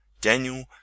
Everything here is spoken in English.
Daniel